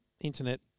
internet